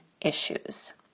issues